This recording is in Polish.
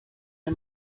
nie